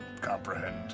comprehend